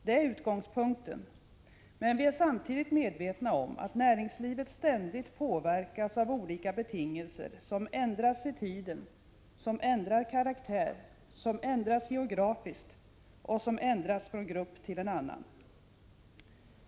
Det är utgångspunkten. Men vi är samtidigt medvetna om att näringslivet ständigt påverkas av olika betingelser som ändras i tiden, ändrar karaktär, ändras geografiskt och ändras från en grupp till en annan.